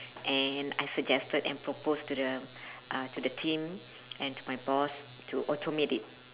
and I suggested and proposed to the uh to the team and to my boss to automate it